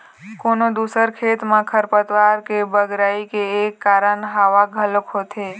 कोनो दूसर खेत म खरपतवार के बगरई के एक कारन हवा घलोक होथे